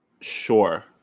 Sure